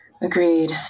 Agreed